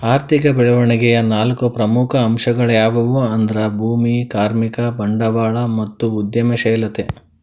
ಆರ್ಥಿಕ ಬೆಳವಣಿಗೆಯ ನಾಲ್ಕು ಪ್ರಮುಖ ಅಂಶಗಳ್ಯಾವು ಅಂದ್ರ ಭೂಮಿ, ಕಾರ್ಮಿಕ, ಬಂಡವಾಳ ಮತ್ತು ಉದ್ಯಮಶೇಲತೆ